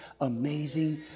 amazing